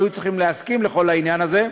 היו צריכים להסכים לכל העניין הזה,